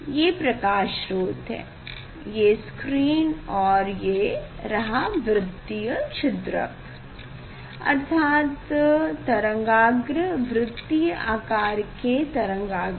ये प्रकाश स्रोत है ये स्क्रीन है और ये वृत्तीय छिद्रक है अर्थात तरंगाग्र वृत्तीय आकार के तरंगाग्र